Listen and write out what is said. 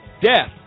death